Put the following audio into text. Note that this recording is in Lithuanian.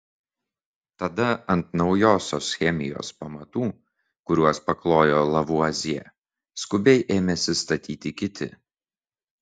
tada ant naujosios chemijos pamatų kuriuos paklojo lavuazjė skubiai ėmėsi statyti kiti